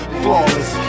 flawless